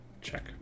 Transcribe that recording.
check